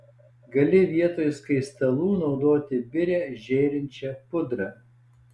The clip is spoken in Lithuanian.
gali vietoj skaistalų naudoti birią žėrinčią pudrą